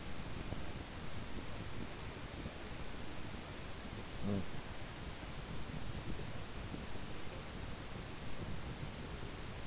mm